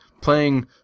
playing